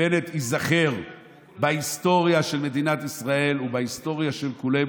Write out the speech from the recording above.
בנט ייזכר בהיסטוריה של מדינת ישראל ובהיסטוריה של כולנו